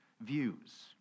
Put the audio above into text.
views